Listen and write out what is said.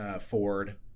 Ford